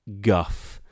guff